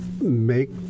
make